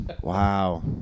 Wow